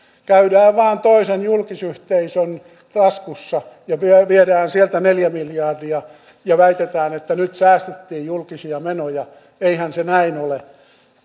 käydään vain toisen julkisyhteisön taskussa ja viedään sieltä neljä miljardia ja väitetään että nyt säästettiin julkisia menoja eihän se näin ole